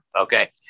Okay